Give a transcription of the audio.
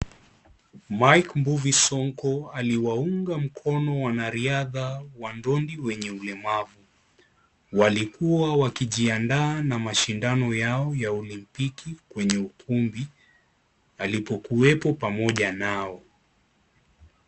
Mike Mbuvi Sonko aliwaunga mkono wanariadha wa ndondi wenye ulemavu. Walikuwa wakijiandaa na mashindano yao ya olimpiki kwenye ukumbi. Alipokuwepo pamoja nao.